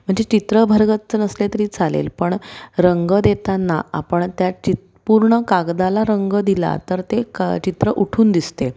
म्हणजे चित्र भरगच्च नसले तरी चालेल पण रंग देताना आपण त्या चित्र पूर्ण कागदाला रंग दिला तर ते क चित्र उठून दिसते